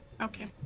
Okay